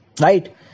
Right